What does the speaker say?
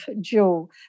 Jo